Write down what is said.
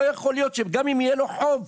אתו לא יכול להיות שגם אם יהיה לו חוב,